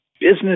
business